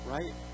Right